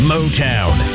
Motown